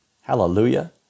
Hallelujah